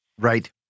Right